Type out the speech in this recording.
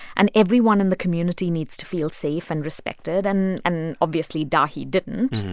and everyone in the community needs to feel safe and respected. and and obviously, dahi didn't.